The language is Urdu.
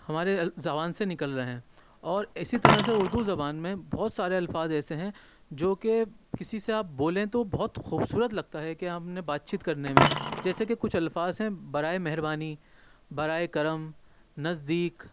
ہمارے زبان سے نکل رہے ہیں اور اسی طرح سے اردو زبان میں بہت سے سارے الفاظ ایسے ہیں جو کہ کسی سے آپ بولیں تو بہت خوبصورت لگتا ہے کہ آپ نے بات چیت کرنے میں جیسے کہ کچھ الفاظ ہے برائے مہربانی برائے کرم نزدیک